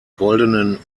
goldenen